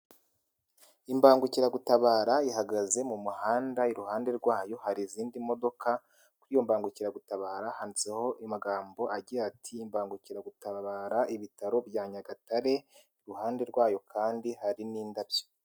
Imbangukiragutabara ihagaze mu muhanda iruhande rwayo hari izindi modoka, kuri iyo mbangukiragutabara handitseho amagambogambo agira ati imbangukiragutabara ibitaro bya Nyagatare, iruhande rwayo kandi hari n'indabyo.